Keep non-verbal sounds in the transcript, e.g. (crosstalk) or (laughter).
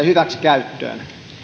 (unintelligible) hyväksikäyttöön